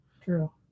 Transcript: True